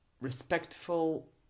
respectful